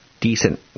decent